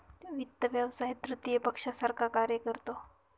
वित्त व्यवसाय तृतीय पक्षासारखा कार्य करतो